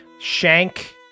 Shank